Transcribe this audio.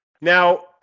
Now